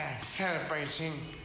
celebrating